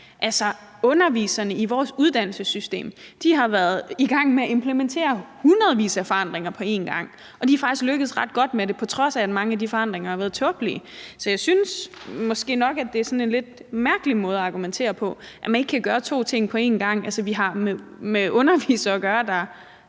Altså, underviserne i vores uddannelsessystem har været i gang med at implementere hundredvis af forandringer på en gang, og de er faktisk lykkedes ret godt med det, på trods af at mange af de forandringer har været tåbelige. Så jeg synes måske nok, det er sådan en lidt mærkelig måde at argumentere på – at man ikke kan gøre to ting på en gang. Altså, vi har med undervisere at gøre, der